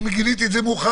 אם גיליתי את זה מאוחר,